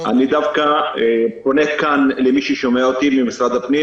אני דווקא פונה מכאן למי ששומע אותי ממשרד הפנים